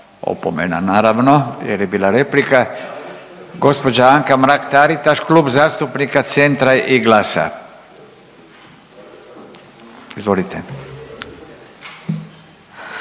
Opomena, naravno jer je bila replika. Gđa. Anka Mrak-Taritaš, Klub zastupnika Centra i GLAS-a. Izvolite.